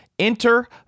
Enter